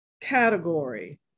category